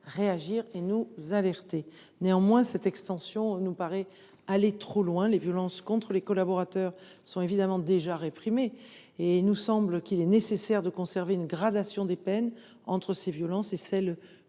réagir et nous alerter. Néanmoins, cette extension nous paraît aller trop loin. Les violences contre les collaborateurs sont évidemment déjà réprimées, et il nous semble qu’il est nécessaire de conserver une gradation des peines entre ces violences et celles